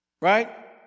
Right